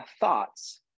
thoughts